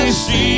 see